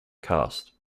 cast